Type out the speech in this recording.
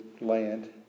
land